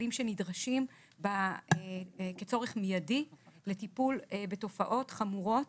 כלים שנדרשים כצורך מיידי לטיפול בתופעות חמורות